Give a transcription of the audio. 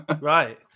right